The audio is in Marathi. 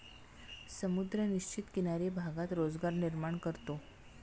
समुद्र निश्चित किनारी भागात रोजगार निर्माण करतो